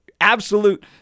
absolute